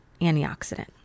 antioxidant